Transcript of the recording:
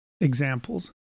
examples